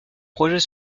projet